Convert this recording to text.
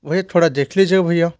भैया थोड़ा देख लीजिएगा भैया